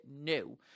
No